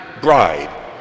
bride